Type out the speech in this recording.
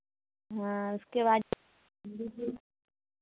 हाँ उसके बाद मंदिर भी